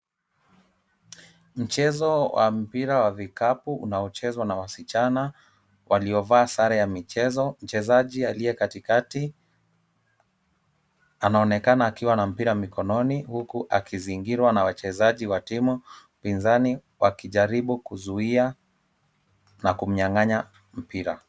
Mchezo wa mpira wa vikapu unaochezwa na wasichana waliovaa sare ya michezo. Mchezaji aliye katikati anaonekana akiwa na mpira mikononi huku akizingirwa na wachezaji wa timu pinzani wakijaribu kuzuia na kumnyang'anya mpira.